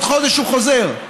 עוד חודש הוא חוזר,